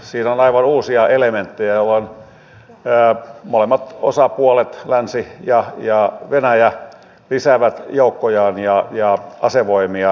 siinä on aivan uusia elementtejä jolloin molemmat osapuolet länsi ja venäjä lisäävät joukkojaan ja asevoimiaan